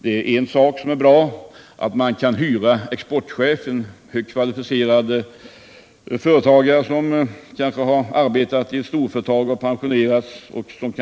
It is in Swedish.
En sak som också är bra är att de då kan hyra en exportchef som är kvalificerad företagare och kanske tidigare har arbetat i ett storföretag men sedan pensionerats.